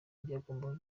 byagombaga